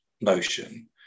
notion